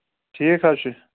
ٹھیٖک حظ چھُ